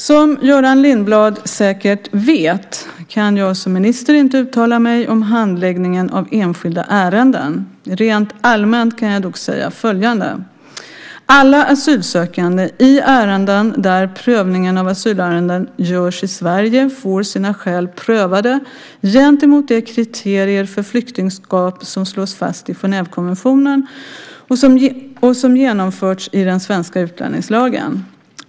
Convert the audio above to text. Som Göran Lindblad säkert vet kan jag som minister inte uttala mig om handläggningen av enskilda ärenden. Rent allmänt kan jag dock säga följande. Alla asylsökande, i ärenden där prövningen av asylskälen görs i Sverige, får sina skäl prövade gentemot de kriterier för flyktingskap som slås fast i Genèvekonventionen och som genomförts i den svenska utlänningslagen.